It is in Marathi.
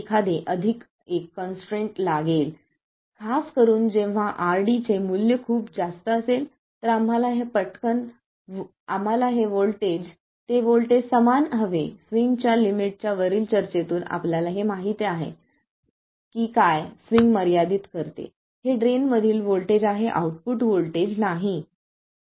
एखादे अधिक एक कंसट्रेन्ट लागेल खास करून जेव्हा RD चे मूल्य खूप जास्त असेल तर आम्हाला हे व्होल्टेज आणि ते व्होल्टेज समान हवे स्विंगच्या लिमिट वरील चर्चेतून आपल्याला माहित आहे की काय स्विंग मर्यादित करते हे ड्रेन मधील व्होल्टेज आहे आउटपुट व्होल्टेज नाही